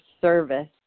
service